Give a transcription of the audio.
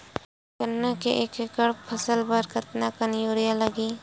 गन्ना के एक एकड़ फसल बर कतका कन यूरिया लगही?